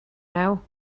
now